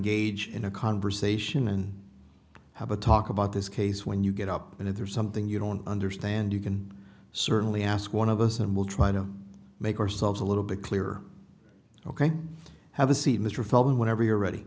engage in a conversation and have a talk about this case when you get up and if there's something you don't understand you can certainly ask one of us and we'll try to make ourselves a little bit clearer ok have a seat mr feldman whenever you're ready